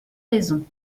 raison